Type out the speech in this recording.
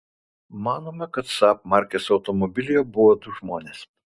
manoma kad saab markės automobilyje buvo du žmonės